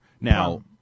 Now